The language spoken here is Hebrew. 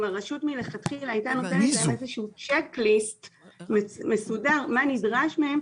אם הרשות מלכתחילה הייתה נותנת איזשהו צ'ק ליסט מה נדרש מהם,